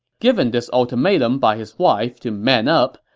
given this ultimatum by his wife to man up,